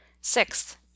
Sixth